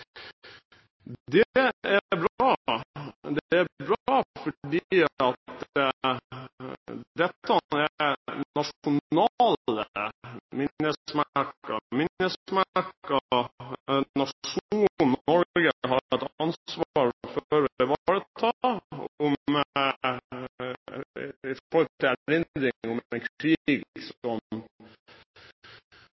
Det er bra. Det er bra fordi dette er nasjonale minnesmerker, dette er minnesmerker som nasjonen Norge har et ansvar for å ivareta i forhold til erindringen om en krig